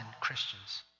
Christians